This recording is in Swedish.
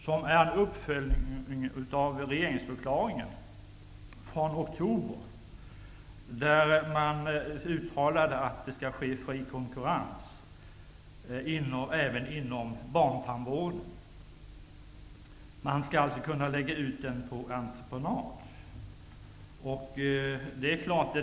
Det är en uppföljning av regeringsförklaringen från oktober, där man uttalade att det skall vara fri konkurrens även inom barntandvården. Barntandvården skall alltså kunna läggas ut på entreprenad.